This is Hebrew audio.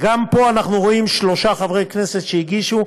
גם פה אנחנו רואים שלושה חברי כנסת שהגישו,